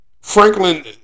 Franklin